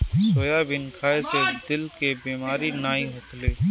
soybean खाए से दिल के बेमारी नाइ होखेला